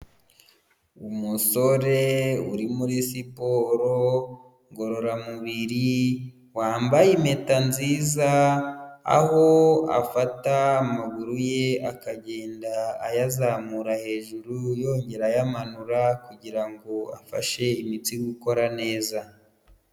Umusore uri muri siporo ngororamubiri wambaye impeta nziza, aho afata amaguru ye akagenda ayazamura hejuru yongera ayamanura kugira ngo afashe imitsi gukora neza.